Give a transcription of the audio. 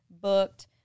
booked